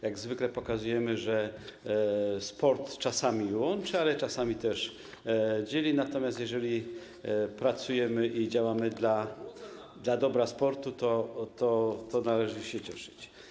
Jak zwykle pokazujemy, że sport czasami łączy, ale czasami też dzieli, natomiast jeżeli pracujemy i działamy dla dobra sportu, to należy się cieszyć.